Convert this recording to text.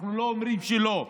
אנחנו לא אומרים שלא.